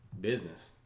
Business